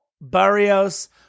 Barrios